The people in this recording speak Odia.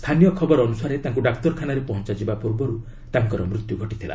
ସ୍ଥାନୀୟ ଖବର ଅନୁସାରେ ତାଙ୍କୁ ଡାକ୍ତରଖାନାରେ ପହଞ୍ଚାଯିବା ପୂର୍ବରୁ ତାଙ୍କର ମୃତ୍ୟୁ ଘଟିଥିଲା